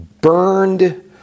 burned